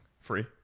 Free